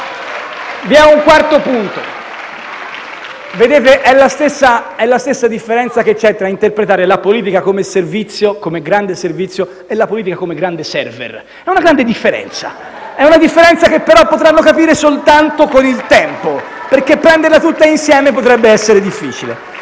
Vedete, è la stessa differenza che c'è tra interpretare la politica come servizio, come grande servizio, e interpretare la politica come grande *server*. *(Ilarità)*. È una grande differenza, ma è una differenza che però potranno capire soltanto con il tempo, perché prenderla tutta insieme potrebbe essere difficile.